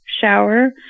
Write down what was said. shower